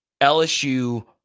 LSU